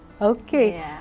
Okay